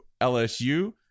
LSU